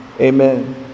amen